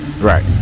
right